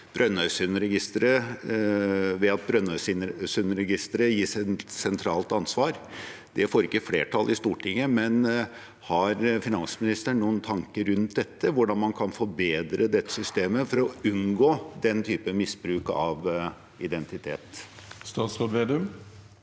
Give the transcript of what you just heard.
Brønnøysundregisteret gis et sentralt ansvar. Det får ikke flertall i Stortinget, men har finansministeren noen tanker rundt hvordan man kan forbedre dette systemet for å unngå den typen misbruk av identitet? Statsråd Trygve